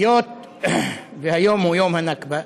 היות שהיום הוא יום הנכבה,